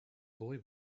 boy